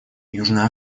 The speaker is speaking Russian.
южная